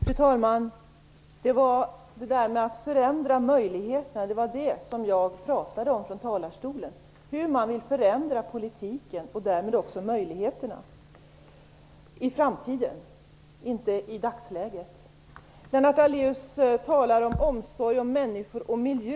Fru talman! Jag pratade om att förändra möjligheterna från talarstolen, dvs. om hur man vill förändra politiken och därmed också möjligheterna i framtiden - inte i dagsläget. Lennart Daléus talar om omsorg om människor och miljö.